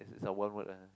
it is a one word ah